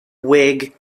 whig